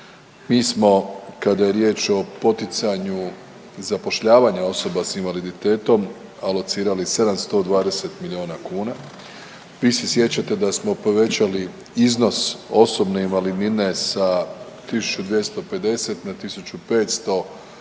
Mi smo kada je riječ o poticanju zapošljavanja osoba s invaliditetom alocirali 720 milijuna kuna. Vi se sjećate da smo povećali iznos osobne invalidnine sa 1.250 na 1.500, pa